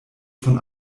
von